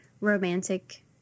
romantic